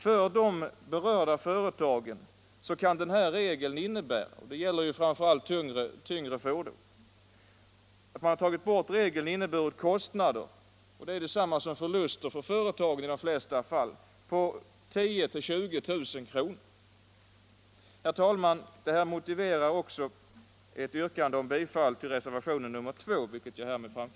För de berörda företagen kan ett borttagande av denna regel för de tyngre fordonen innebära kostnader som i många fall leder till förluster på 10 000-20 000 kr. Herr talman! Detta motiverar också ett yrkande om bifall till reservationen 2, vilket jag härmed framför.